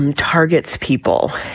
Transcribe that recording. um targets people.